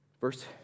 Verse